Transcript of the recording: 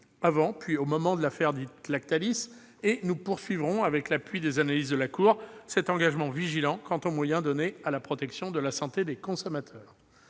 avant puis au moment de l'affaire dite « Lactalis », et nous poursuivrons, avec l'appui des analyses de la Cour des comptes, cet engagement vigilant quant aux moyens donnés à la protection de la santé des consommateurs.